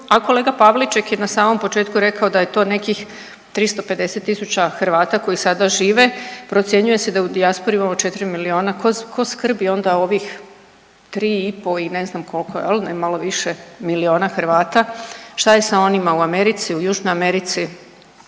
A kolega Pavliček je na samom početku rekao da je to nekih 350.000 Hrvata koji sada žive. Procjenjuje se da u dijaspori imamo 4 miliona. Tko skrbi onda o ovih 3,5 i ne znam koliko jel, ne malo više miliona Hrvata? Šta je sa onima u Americi, u Južnoj Americi,